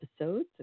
episodes